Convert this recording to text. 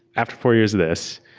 after four years of this,